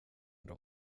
dra